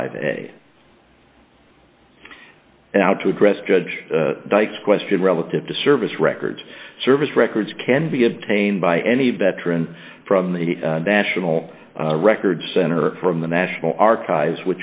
five a how to address judge dikes question relative to service records service records can be obtained by any veteran from the national record center from the national archives